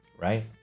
right